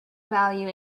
value